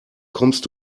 kommst